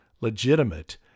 legitimate